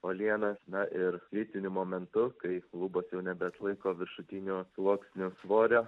uolienas na ir kritiniu momentu kai lubos jau nebeatlaiko viršutinio sluoksnių svorio